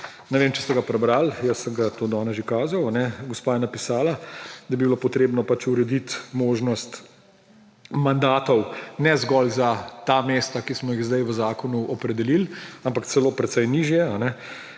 Ne vem, če ste ga prebrali, jaz sem ga tudi danes že kazal. Gospa je napisala, da bi bilo potrebno pač urediti možnost mandatov ne zgolj za ta mesta, ki smo jih zdaj v zakonu opredelili, ampak celo precej nižje;